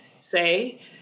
say